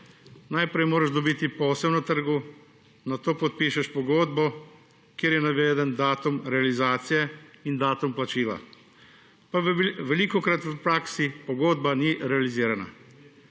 Najprej moraš dobiti posel na trgu, nato podpišeš pogodbo, kjer je naveden datum realizacije in datum plačila, pa velikokrat v praksi pogodba ni realizirana.